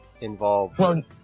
involved